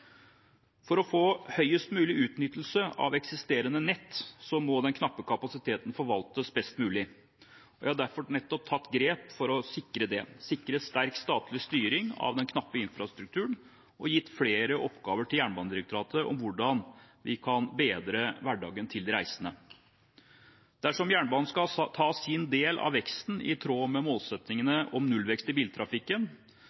For å få høyest mulig utnyttelse av eksisterende nett må den knappe kapasiteten forvaltes best mulig. Jeg har derfor nettopp tatt grep for å sikre sterk statlig styring av den knappe infrastrukturen og gitt flere oppgaver til Jernbanedirektoratet om hvordan vi kan bedre hverdagen til de reisende. Dersom jernbanen skal ta sin del av veksten i tråd med